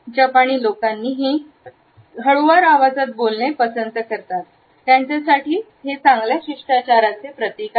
जपानी लोकांनीही हळुवार आवाजात बोलणे पसंत करतात त्यांच्यासाठी चांगल्या शिष्टाचाराचे प्रतीक आहे